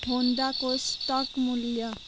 होन्डाको stock मूल्य